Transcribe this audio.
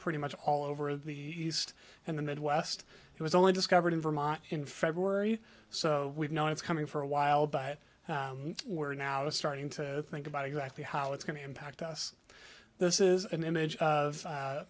pretty much all over the east and the midwest it was only discovered in vermont in february so we've known it's coming for a while but we're now starting to think about exactly how it's going to impact us this is an image of